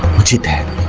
you that